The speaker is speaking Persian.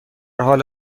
حال